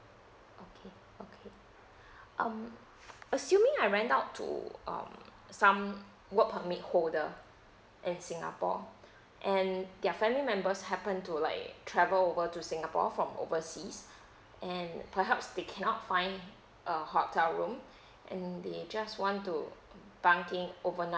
okay okay um assuming I rent out to um some work permit holder in singapore and their family members happen to like travel over to singapore from overseas and perhaps they cannot find a hotel room and they just want to bunking overnight